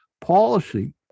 policy